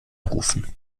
rufen